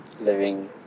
living